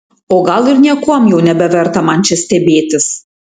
o gal ir niekuom jau nebeverta čia man stebėtis